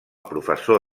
professor